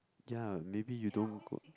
ya maybe you don't go